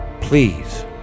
Please